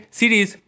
series